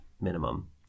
minimum